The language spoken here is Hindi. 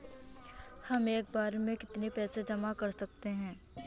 हम एक बार में कितनी पैसे जमा कर सकते हैं?